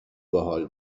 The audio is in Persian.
باحال